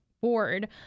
Board